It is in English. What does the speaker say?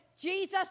Jesus